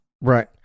Right